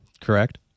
correct